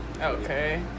Okay